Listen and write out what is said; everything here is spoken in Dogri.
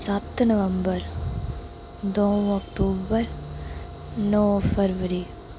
सत्त नवम्बर दो अक्टूबर नौ फरवरी